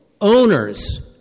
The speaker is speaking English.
Owners